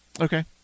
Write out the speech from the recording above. Okay